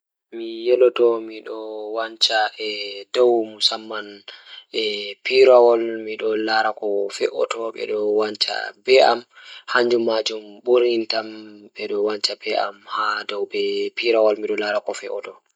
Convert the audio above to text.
Mi yeloto mi ɗon wanca e So tawii miɗo waɗa jaɓde kala ngal ɗiɗi, mi waɗataa jaɓde waɗude nder caasle. Ko ndee, caasle ngal waawataa waɗude njiddaade ngal ɓandu-ɓandu ndon waɗa nder njam e ɗum ngol mawɗo. Nder caasle, miɗo waawataa waɗude njam ngoni e teewtere e rewɓe ngal.